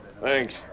Thanks